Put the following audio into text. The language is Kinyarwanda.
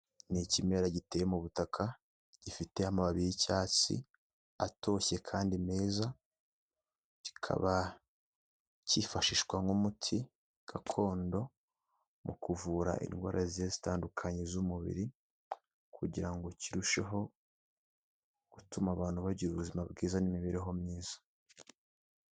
Ni ikimera giteye mu butaka, gifite amababi y'icyatsi atoshye kandi meza, kikaba cyifashishwa nk'umuti gakondo mu kuvura indwara zitandukanye z'umubiri kugira ngo kirusheho gutuma abantu bagira ubuzima bwiza n'imibereho myiza.